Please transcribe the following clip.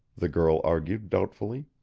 the girl argued doubtfully.